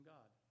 God